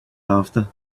after